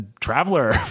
traveler